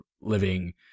living